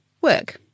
work